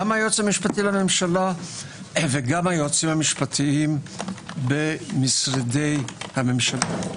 גם היועץ המשפטי לממשלה וגם היועצים המשפטים במשרדי הממשלה.